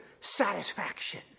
satisfaction